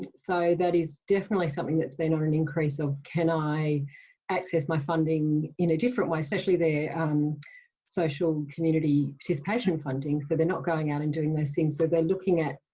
so that is definitely something that's been an increase of can i access my funding in a different way, especially the um social community participation funding, so they're not going out and doing those things. so they're looking at,